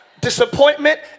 disappointment